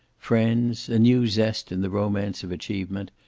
friends, a new zest in the romance of achievement,